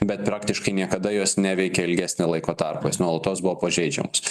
bet praktiškai niekada jos neveikė ilgesnį laiko tarpą jos nuolatos buvo pažeidžiamos